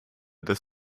des